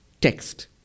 text